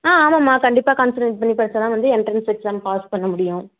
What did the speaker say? ஆ ஆமாம்மா கண்டிப்பாக கான்சன்ட்ரேட் பண்ணி படித்தாதான் வந்து என்ட்ரன்ஸ் எக்ஸாம் பாஸ் பண்ண முடியும்